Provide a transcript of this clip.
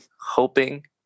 hoping